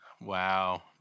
Wow